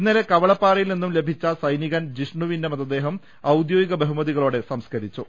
ഇന്നലെ കവളപ്പാറയിൽ നിന്നും ലഭിച്ച സൈനികൻ വിഷ്ണുവിന്റെ മൃതദേഹം ഔദ്യോഗിക ബഹുമതി കളോടെ സംസ്കരിച്ചു